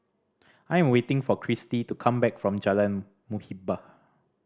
I am waiting for Kristy to come back from Jalan Muhibbah